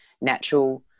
natural